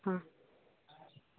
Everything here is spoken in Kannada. ಹಾಂ